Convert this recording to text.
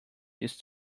this